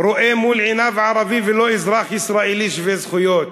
רואה מול עיניו ערבי ולא אזרח ישראלי שווה-זכויות?